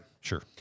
Sure